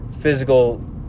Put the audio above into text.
physical